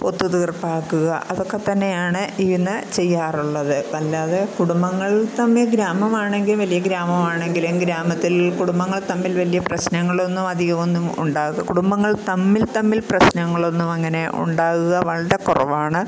ഒത്തുതീര്പ്പാക്കുക അതൊക്കെത്തന്നെയാണ് ഇന്ന് ചെയ്യാറുള്ളത് അല്ലാതെ കുടുംബങ്ങള് തമ്മില് ഗ്രാമമാണെങ്കില് വലിയ ഗ്രാമമാണെങ്കിലും ഗ്രാമത്തില് കുടുംബങ്ങള് തമ്മില് വലിയ പ്രശ്നങ്ങളൊന്നും അധികമൊന്നും കുടുംബങ്ങള് തമ്മില് തമ്മില് പ്രശ്നങ്ങളൊന്നും അങ്ങനെ ഉണ്ടാകുക വളരെ കുറവാണ്